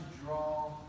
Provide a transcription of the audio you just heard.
draw